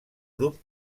grup